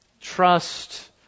trust